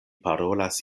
parolas